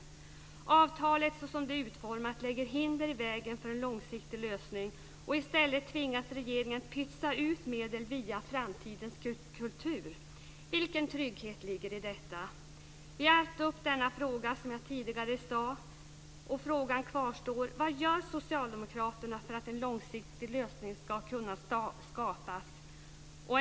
Såsom avtalet är utformat lägger det hinder i vägen för en långsiktig lösning. I stället tvingas regeringen att pytsa ut medel via Framtidens kultur. Vilken trygghet ligger i detta? Som jag tidigare sade har vi tagit upp den här frågan tidigare. Frågan kvarstår: Vad gör Socialdemokraterna för att en långsiktig lösning ska kunna skapas?